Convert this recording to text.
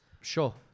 Sure